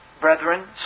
Brethren